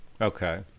Okay